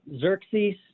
Xerxes